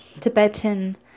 Tibetan